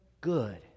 good